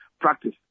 practice